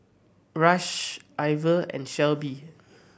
Rush Ivor and Shelbi